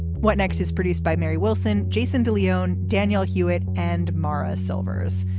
what next is produced by mary wilson jason de leone daniel hewett and maura silvers.